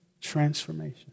transformation